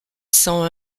cent